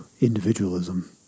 individualism